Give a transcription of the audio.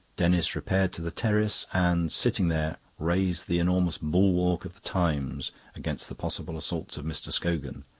denis repaired to the terrace, and, sitting there, raised the enormous bulwark of the times against the possible assaults of mr. scogan,